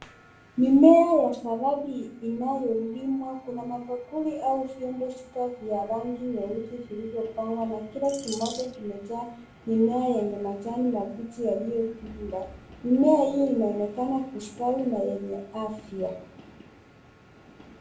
Mimea ya saladi inayolimwa. Kuna mabakuli au vyombo nzito vya rangi nyeusi vilivyopangwa na kila kimoja kimejaa mimea yenye majani mabichi yaliyopinda. Mimea hiyo inaonekana kustawi na yenye afya.